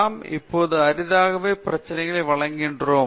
நாம் இப்போது அரிதாகவே பிரச்சினைகளை வழங்குகிறோம்